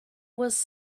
was